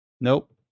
Nope